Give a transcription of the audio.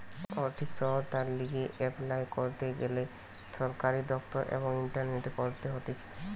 আর্থিক সহায়তার লিগে এপলাই করতে গ্যানে সরকারি দপ্তর এবং ইন্টারনেটে করতে হতিছে